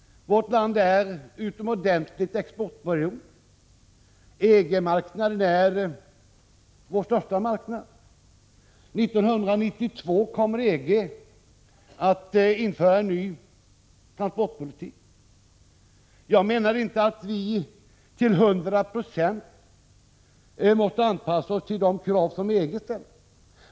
Vårt land är synnerligen exportberoende. EG-marknaden är vår största marknad. 1992 kommer EG att införa en ny transportpolitik. Jag menar inte att vi till hundra procent måste anpassa oss till de krav som EG ställer.